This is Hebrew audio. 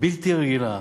בלתי רגילה